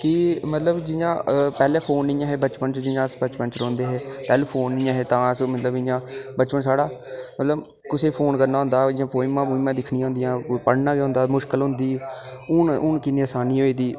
के मतलब जि'यां पैह्लें फोन निं हे बचपन च जि'यां अस बचपन च रौंह्दे हे तैलूं फोन निं हे तां मतलब अस इं'या बचपन साढ़ा मतलब कुसै दा फोन दिक्खना होंदा जि'या पोइमां दिक्खना होंदियां हियां पढना गै होंदा हा मुश्कल होंदी ही हू'न हू'न कि'न्नी आसानी होई दी